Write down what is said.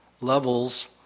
levels